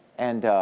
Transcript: and